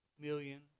million